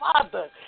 Father